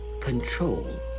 control